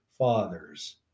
fathers